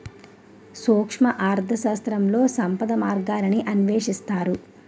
సూక్ష్మ అర్థశాస్త్రంలో సంపద మార్గాలను అన్వేషిస్తారు